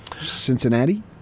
Cincinnati